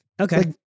Okay